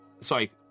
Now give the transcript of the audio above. sorry